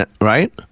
right